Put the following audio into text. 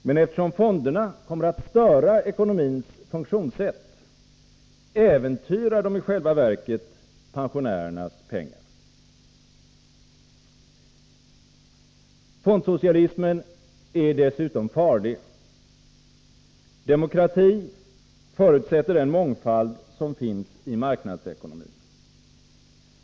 Men eftersom fonderna kommer att störa ekonomins funktionssätt, äventyrar de i själva verket pensionärernas pengar. Fondsocialismen är dessutom farlig. Demokrati förutsätter den mångfald som finns i marknadsekonomin.